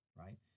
right